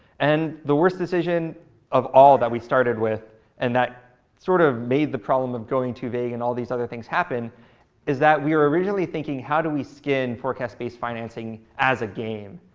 and the worst decision of all that we started with and that sort of made the problem of going too vague and all these other things happen is that we were originally thinking, how do we skin forecast based financing as a game?